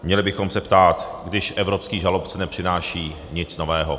měli bychom se ptát, když evropský žalobce nepřináší nic nového.